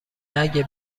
اگه